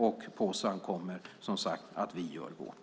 På oss ankommer som sagt att vi gör vårt.